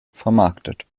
vermarktet